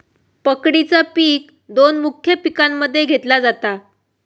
पकडीचा पिक दोन मुख्य पिकांमध्ये घेतला जाता